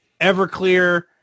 Everclear